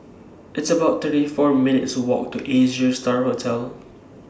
It's about thirty four minutes' Walk to Asia STAR Hotel